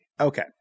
okay